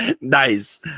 nice